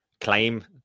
claim